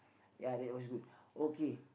ya that was good okay